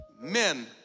men